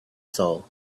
soul